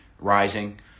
rising